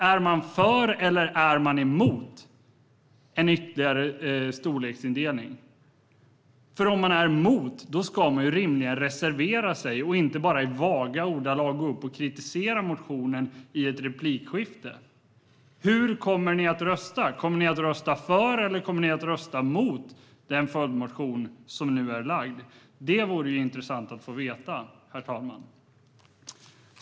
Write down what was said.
Är de för eller mot en ytterligare storleksindelning? Om de är mot ska de rimligen reservera sig och inte bara i vaga ordalag kritisera motionen i replikskiften. Hur kommer de att rösta? Kommer de att rösta för eller mot den följdmotion som nu är lagd? Det vore intressant att få veta, herr talman.